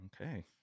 Okay